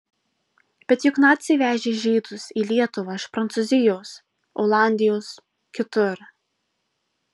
bet juk naciai vežė žydus į lietuvą iš prancūzijos olandijos kitur